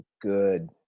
good